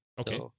Okay